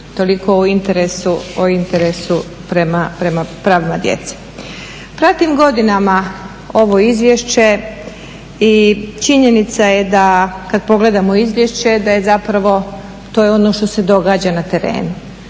Toliko o interesu prema pravima djece. Pratim godinama ovo izvješće i činjenica je da kad pogledamo izvješće da je zapravo to je ono što se događa na terenu.